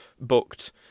booked